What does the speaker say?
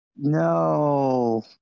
No